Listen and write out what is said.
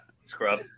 Scrub